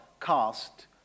cast